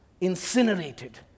incinerated